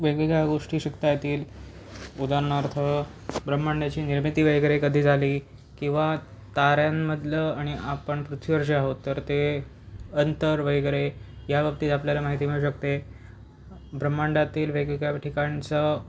वेगवेगळ्या गोष्टी शिकता येतील उदाहरणार्थ ब्रह्माण्डाची निर्मिती वगैरे कधी झाली किंवा ताऱ्यांमधलं आणि आपण पृथ्वीवर जे आहोत तर ते अंतर वगैरे याबाबतीत आपल्याला माहिती मिळू शकते ब्रह्माण्डातील वेगवेगळ्या ठिकाणचं